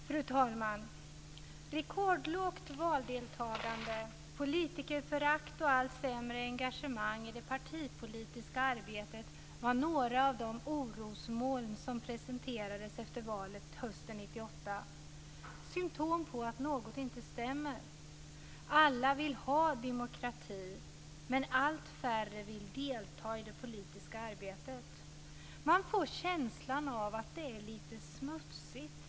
Fru talman! Rekordlågt valdeltagande, politikerförakt och allt sämre engagemang i det partipolitiska arbetet var några av de orosmoln som presenterades efter valet hösten 1998, och de är alla symtom på att något inte stämmer. Alla vill ha demokrati, men allt färre vill delta i det politiska arbetet. Man får känslan av att det så att säga är lite smutsigt.